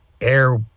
air